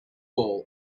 ball